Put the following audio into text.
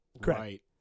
correct